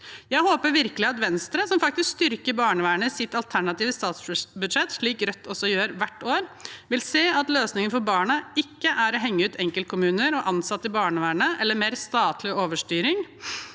Jeg håper virkelig at Venstre, som faktisk styrker barnevernet i sitt alternative statsbudsjett, slik Rødt også gjør hvert år, vil se at løsningen for barnet ikke er å henge ut enkeltkommuner og ansatte i barnevernet, eller mer statlig overstyring